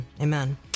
Amen